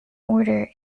order